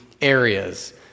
areas